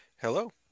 Hello